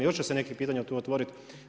I još će se nekih pitanja tu otvoriti.